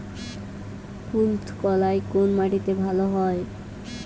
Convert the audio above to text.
কুলত্থ কলাই কোন মাটিতে ভালো হয়?